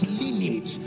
lineage